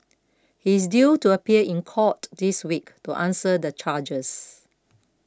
he is due to appear in court this week to answer the charges